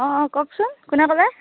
অঁ কওকচোন কোনে ক'লে